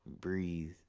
breathe